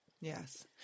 Yes